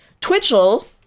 Twitchell